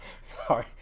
Sorry